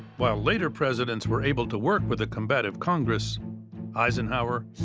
while later presidents were able to work with a combative congress eisenhower,